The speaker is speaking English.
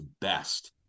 best